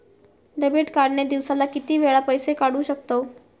Debit card ने दिवसाला किती वेळा पैसे काढू शकतव?